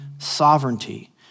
sovereignty